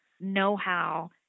know-how